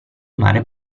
mare